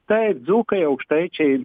taip dzūkai aukštaičiai